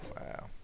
Wow